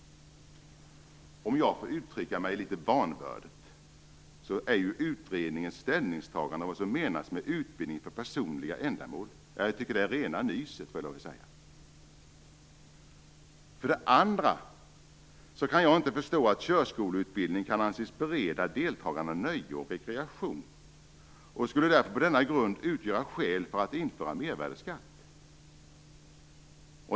Om jag får uttrycka mig litet vanvördigt är utredningens ställningstagande om vad som menas med utbildning för personliga ändamål rena nyset. För det andra kan jag inte förstå att körskoleutbildning kan anses bereda deltagarna nöje och rekreation och att denna grund skulle utgöra skäl för att införa mervärdesskatt.